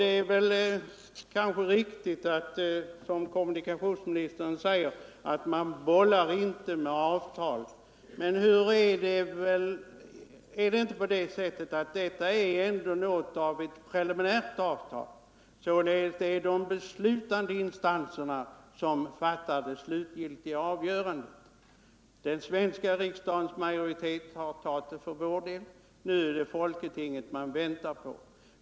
Det är kanske riktigt som kommunikationsministern säger, att man inte bollar hur som helst med ett avtal mellan två nationer. Men är inte detta ändå något av ett preliminärt avtal, där de beslutande instanserna fattar det slutliga avgörandet? Den svenska riksdagsmajoriteten har tagit avtalet för vår del, och nu är det folketinget vi väntar på.